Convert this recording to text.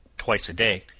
twice a day,